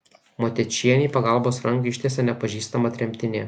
motiečienei pagalbos ranką ištiesė nepažįstama tremtinė